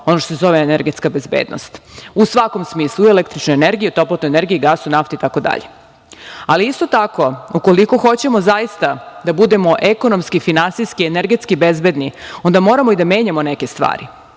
ono što se zove energetska bezbednost, u svakom smislu, i električnoj energiji, i toplotnoj energiji, nafti, gasu, itd. Ali, isto tako, ukoliko hoćemo zaista da budemo finansijski, ekonomski i energetski bezbedni, onda moramo i da menjamo neke stvari.